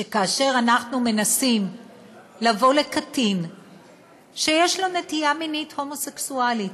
שכאשר אנחנו מנסים לבוא לקטין שיש לו נטייה מינית הומוסקסואלית,